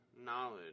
knowledge